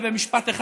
ובמשפט אחד,